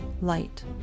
light